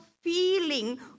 feeling